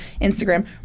Instagram